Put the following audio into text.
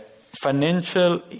Financial